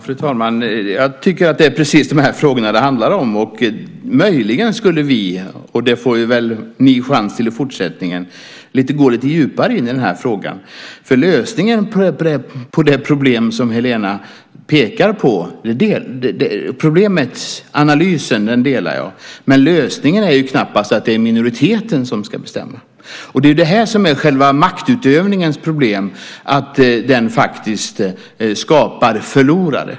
Fru talman! Jag tycker att det är precis de här frågorna som det handlar om. Möjligen skulle vi - och det får väl ni chans till i fortsättningen - gå lite djupare in i den här frågan. När det gäller det problem som Helena pekar på delar jag analysen, men lösningen är knappast att det är minoriteten som ska bestämma. Det är det här som är själva maktutövningens problem, att den faktiskt skapar förlorare.